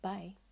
Bye